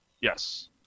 Yes